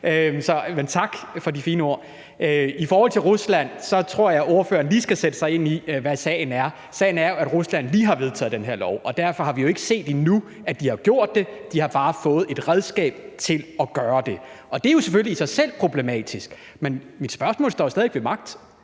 Men tak for de fine ord. I forhold til Rusland tror jeg, at ordføreren lige skal sætte sig ind i, hvad sagen er. Sagen er jo, at Rusland lige har vedtaget den her lov. Derfor har vi jo ikke set endnu, at de har gjort det. De har bare fået et redskab til at gøre det. Det er selvfølgelig i sig selv problematisk, men mit spørgsmål står stadig ved magt.